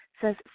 says